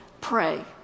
pray